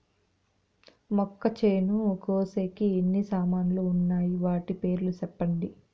మొక్కచేను కోసేకి ఎన్ని సామాన్లు వున్నాయి? వాటి పేర్లు సెప్పండి?